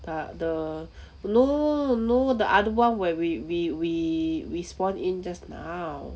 the the no no no no no the other one where we we we we spawn in just now